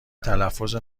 تلفظ